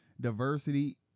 diversity